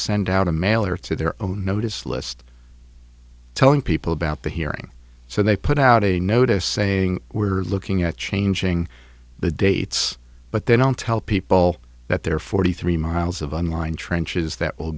send out a mailer to their own notice list telling people about the hearing so they put out a notice saying we're looking at changing the dates but they don't tell people that there are forty three miles of on line trenches that will